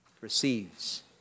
receives